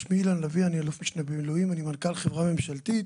אני אלוף משנה במילואים ומנכ"ל חברה ממשלתית.